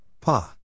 Pa